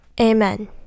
Amen